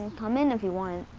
come in if you want.